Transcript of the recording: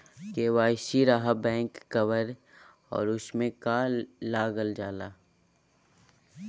KYC रहा back cover और उसमें का का लागल जाला?